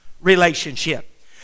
relationship